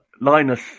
linus